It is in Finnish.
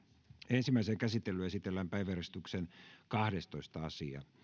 ensimmäiseen käsittelyyn esitellään päiväjärjestyksen kahdestoista asia